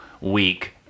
week